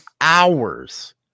hours